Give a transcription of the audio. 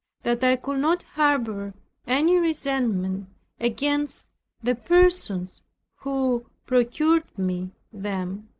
that i could not harbor any resentment against the persons who procured me them.